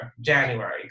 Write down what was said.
January